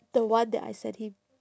the one that I sent him